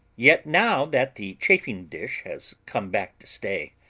yet now that the chafing dish has come back to stay,